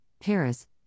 Paris